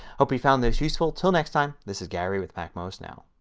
hope you found this useful. until next time this is gary with macmost now.